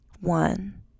One